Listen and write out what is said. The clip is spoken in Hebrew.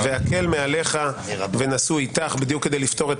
והקל מעליך ונשאו איתך" בדיוק כדי לפתור את